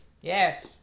Yes